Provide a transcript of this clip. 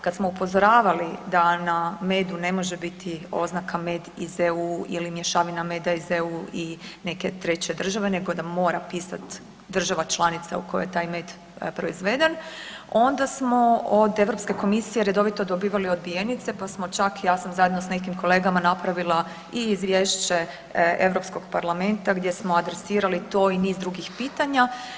Kad smo upozoravali da na medu ne može biti oznaka med iz EU ili mješavina meda iz EU i neke treće države, nego da mora pisati država članica u kojoj je taj med proizveden onda smo od Europske komisije redovito dobivali odbijenice pa smo čak, ja sam zajedno sa nekim kolegama napravila i izvješća Europskog parlamenta gdje smo adresirali to i niz drugih pitanja.